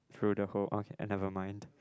through the hole okay I never mind